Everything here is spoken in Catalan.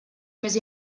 més